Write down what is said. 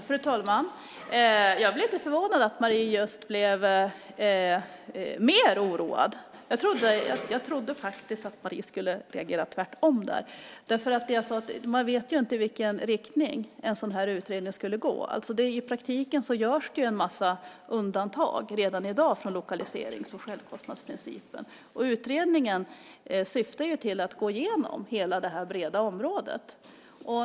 Fru talman! Jag blir lite förvånad över att Marie blir mer oroad. Jag trodde faktiskt att hon skulle reagera tvärtom. Som jag sade vet man ju inte i vilken riktning en sådan här utredning skulle gå. I praktiken görs det en massa undantag redan i dag från lokaliserings och självkostnadsprincipen, och utredningen syftar ju till att gå igenom hela det här breda området.